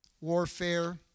warfare